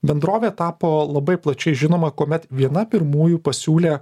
bendrovė tapo labai plačiai žinoma kuomet viena pirmųjų pasiūlė